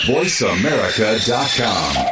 VoiceAmerica.com